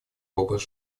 образ